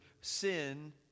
sin